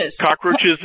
cockroaches